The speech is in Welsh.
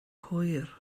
hwyr